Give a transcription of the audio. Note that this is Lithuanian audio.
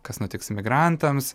kas nutiks imigrantams